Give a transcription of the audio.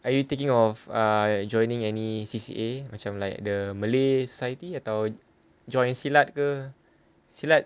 are you taking of err joining any C_C_A macam like the malay atau join silat ke silat